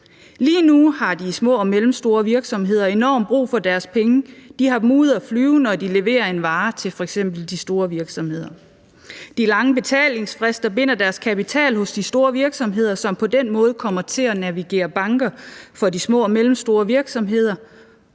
Lige nu har de små og mellemstore virksomheder enormt brug for deres penge. De har dem ude at flyve, når de leverer en vare til f.eks. de store virksomheder. De lange betalingsfrister binder deres kapital hos de store virksomheder, som på den måde kommer til at agere bank for de små og mellemstore virksomheder,